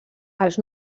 els